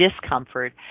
discomfort